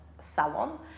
salon